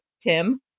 tim